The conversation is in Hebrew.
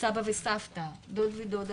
סבא וסבתא, דוד ודודה